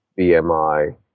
BMI